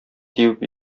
тибеп